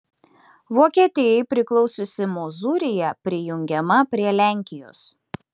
vokietijai priklausiusi mozūrija prijungiama prie lenkijos